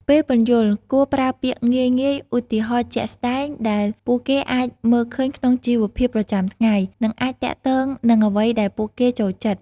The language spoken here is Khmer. ពេលពន្យល់ គួរប្រើពាក្យងាយៗ ឧទាហរណ៍ជាក់ស្តែងដែលពួកគេអាចមើលឃើញក្នុងជីវភាពប្រចាំថ្ងៃ និងអាចទាក់ទងនឹងអ្វីដែលពួកគេចូលចិត្ត។